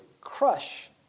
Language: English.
crush